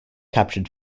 captured